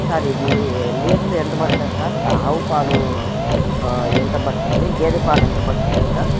sir ఇది litre ఎంత పడుతుంది సార్ ఆవు పాలు ఎంత పడుతుంది గేదెపాలు ఎంత పడుతుంది సార్